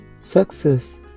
success